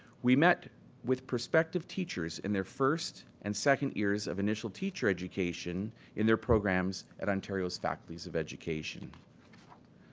we met with perspective teachers in their first and second years of initial teacher education in their programs at ontario's faculties of education.